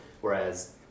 whereas